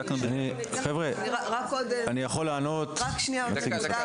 רק עוד נקודה אחת, לשאלתך